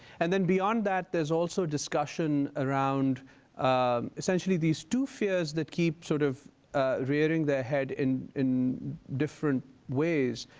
and then beyond that there's also discussion around essentially these two fears that keep sort of rearing their head in in different ways.